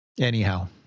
Anyhow